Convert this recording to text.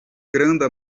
granda